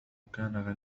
كان